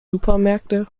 supermärkte